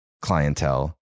clientele